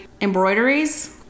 embroideries